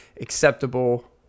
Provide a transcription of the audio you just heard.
acceptable